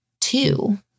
two